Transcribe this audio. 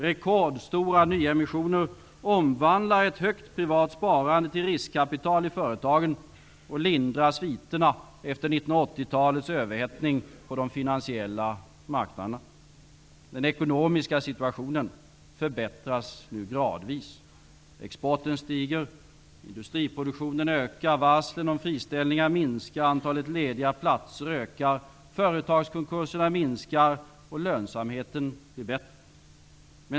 Rekordstora nyemissioner omvandlar ett högt privat sparande till riskkapital i företagen och lindrar sviterna efter 1980-talets överhettning på de finansiella marknaderna. Den ekonomiska situationen förbättras nu gradvis. Exporten stiger. Industriproduktionen ökar. Varslen om friställning minskar. Antalet lediga platser ökar. Företagskonkurserna minskar och företagens lönsamhet förbättras.